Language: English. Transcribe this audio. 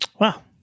Wow